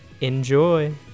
Enjoy